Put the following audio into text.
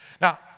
Now